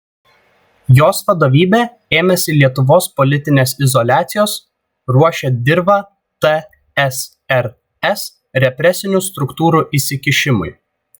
jos vadovybė ėmėsi lietuvos politinės izoliacijos ruošė dirvą tsrs represinių struktūrų įsikišimui